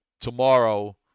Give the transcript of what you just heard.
Tomorrow